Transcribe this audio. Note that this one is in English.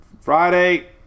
Friday